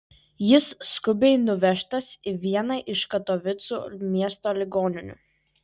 jis skubiai nuvežtas į vieną iš katovicų miesto ligoninių